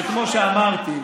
כמו שאמרתי,